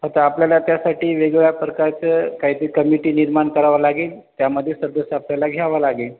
आता आपल्याला त्यासाठी वेगवेगळ्या प्रकारचं काय ते कमिटी निर्माण करावं लागेल त्यामध्ये सदस्य आपल्याला घ्यावं लागेल